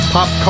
Pop